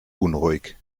unruhig